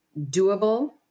doable